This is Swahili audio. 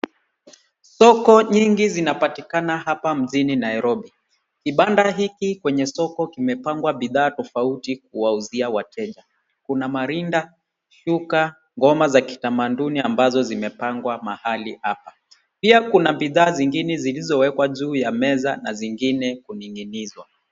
Soko nyingi zinapatikana hapa mjini Nairobi. Kibanda hiki kwenye soko kimepangwa bidhaa tofauti kuwauzia wateja. Kuna marinda, shuka, ngoma za kitamaduni ambazo zimepangwa mahali hapa. Pia kuna bidhaa zingine zilizowekwa juu ya meza na zingine kuning'inizwa.